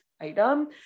item